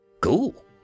Cool